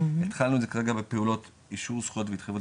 התחלנו את זה כרגע בפעולות אישור זכויות והתחייבות על